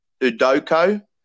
Udoko